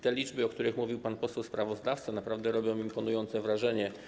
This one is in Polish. Te liczby, o których mówił pan poseł sprawozdawca, naprawdę robią imponujące wrażenie.